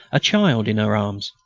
a child in her arms.